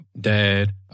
dad